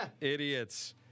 Idiots